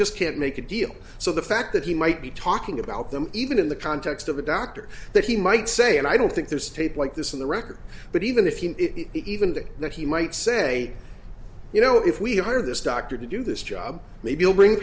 just can't make a deal so the fact that he might be talking about them even in the context of a doctor that he might say and i don't think there's tape like this in the record but even if you know it even that that he might say you know if we hire this doctor to do this job maybe we'll bring